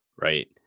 right